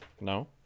No